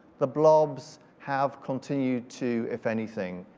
the blobs have continued to if anything,